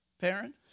parent